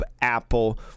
Apple